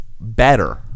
better